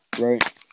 Right